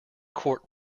court